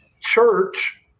church